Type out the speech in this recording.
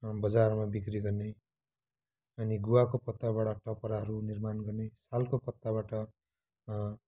बजारमा बिक्री गर्ने अनि गुवाको पत्ताबाट टपराहरू निर्माण गर्ने सालको पत्ताबाट